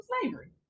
slavery